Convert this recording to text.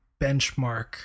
benchmark